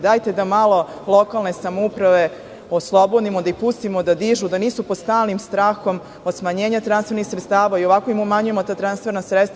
Dajte da malo lokalne samouprave oslobodimo i da ih pustimo da dišu, da nisu pod stalnim strahom od smanjenja transfernih sredstava, i onako im umanjujemo ta transferna sredstva.